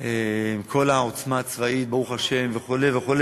עם כל העוצמה הצבאית, ברוך השם, וכו' וכו',